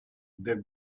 del